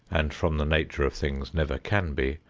and from the nature of things never can be,